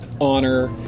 honor